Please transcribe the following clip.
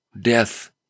Death